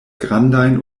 grandajn